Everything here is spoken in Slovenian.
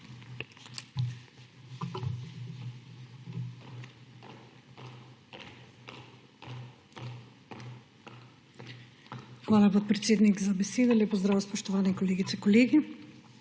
Hvala, podpredsednik, za besedo. Lep pozdrav, spoštovane kolegice, kolegi!